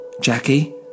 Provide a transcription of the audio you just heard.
Jackie